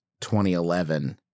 2011